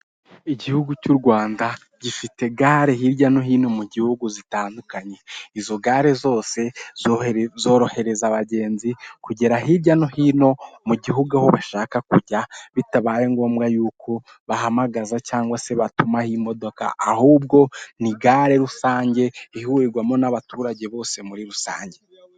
Igihugu cy'u Rwanda gifite gare hirya no hino mu gihugu zitandukanye. Izo gare zose zorohereza abagenzi kugera hirya no hino mu gihugu aho bashaka kujya, bitabaye ngombwa yuko bahamagaza cyangwa se batumaho modoka, ahubwo ni gare rusange ihurirwamo n'abaturage bose muri rusange.